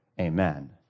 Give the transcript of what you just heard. Amen